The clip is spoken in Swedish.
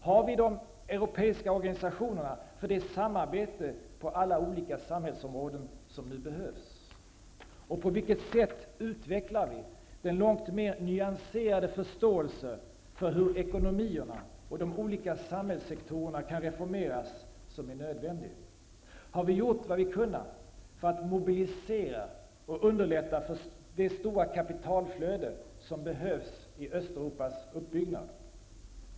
Har vi de europeiska organisationerna för det samarbete på alla olika samhällsområden som nu behövs? På vilket sätt utvecklar vi den långt mer nyanserade förståelse för hur ekonomierna och de olika samhällssektorerna kan reformeras som är nödvändig? Har vi gjort vad vi kunnat för att mobilisera och underlätta för det stora kapitalflöde som behövs i Östeuropas uppbyggnad?